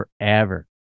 forever